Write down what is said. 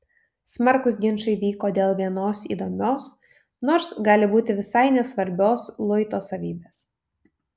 smarkūs ginčai vyko dėl vienos įdomios nors gali būti visai nesvarbios luito savybės